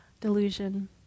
delusion